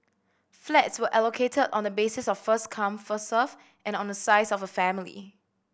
flats were allocated on the basis of first come first served and on the size of a family